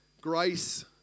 grace